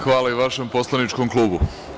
Hvala i vašem poslaničkom klubu.